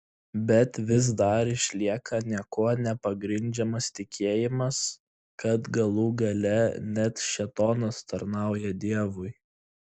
bet vis dar išlieka niekuo nepagrindžiamas tikėjimas kad galų gale net šėtonas tarnauja dievui